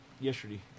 yesterday